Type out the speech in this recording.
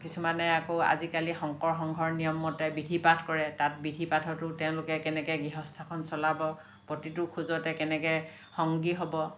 কিছুমানে আকৌ আজিকালি শংকৰ সংঘৰ নিয়ম মতে বিধি পাঠ কৰে তাত বিধি পাঠতো তেওঁলোকে কেনেকৈ গৃহস্থখন চলাব প্ৰতিটো খোজতে কেনেকৈ সংগী হ'ব